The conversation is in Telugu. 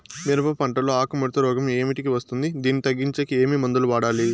మిరప పంట లో ఆకు ముడత రోగం ఏమిటికి వస్తుంది, దీన్ని తగ్గించేకి ఏమి మందులు వాడాలి?